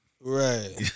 Right